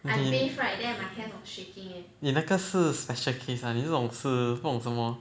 mm 那个是 special case lah 你这种是不懂什么